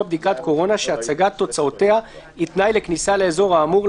בדיקת קורונה שהצגת תוצאותיה היא תנאי לכניסה לאזור האמור,